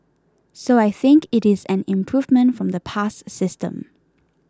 so I think it is an improvement from the past system